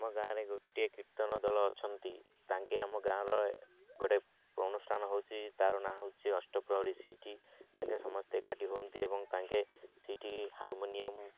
ଆମ ଗାଁରେ ଗୋଟିଏ କୀର୍ତ୍ତନ ଦଳ ଅଛନ୍ତି ତାଙ୍କେ ଆମ ଗାଁର ଗୋଟେ ଅନୁଷ୍ଠାନ ହେଉଛି ତାର ନାଁ ହେଉଛି ଅଷ୍ଟପ୍ରହରୀ ସିଟି ତାଙ୍କେ ସମସ୍ତେ ଏକାଠି ହୁଅନ୍ତି ଏବଂ ତାଙ୍କେ ସେଇଠି ହାରମୋନିୟମ